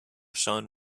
son